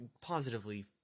positively